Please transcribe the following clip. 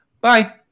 Bye